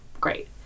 Great